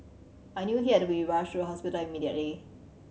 I knew he had to be rushed to the hospital immediately